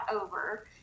over